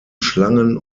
schlangen